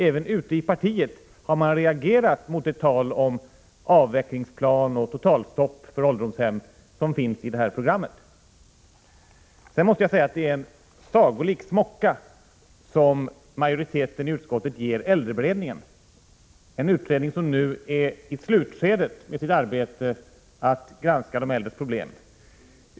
Även ute i partiet har man reagerat mot det tal om avvecklingsplaner och totalstopp för ålderdomshem som finns i det här programmet. Sedan måste jag säga att det är en sagolik smocka som majoriteten i utskottet ger äldreberedningen, en utredning som nu är i slutskedet med sitt arbete att granska de äldres problem.